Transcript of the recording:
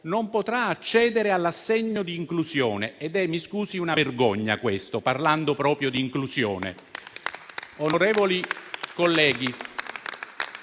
non potrà accedere all'assegno di inclusione. Mi scusi, ma questa è una vergogna, parlando proprio di inclusione.